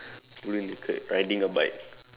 fully naked riding a bike